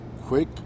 quick